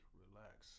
relax